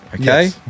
okay